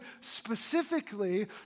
specifically